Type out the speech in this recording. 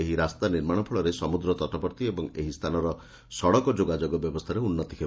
ଏହି ରାସ୍ତା ନିର୍ମାଣ ଫଳରେ ସମୁଦ୍ର ତଟବର୍ଭୀ ଏହି ସ୍ଚାନର ସଡ଼କ ଯୋଗାଯୋଗ ବ୍ୟବସ୍ଚାରେ ଉନ୍ନତି ହେବ